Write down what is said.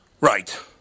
Right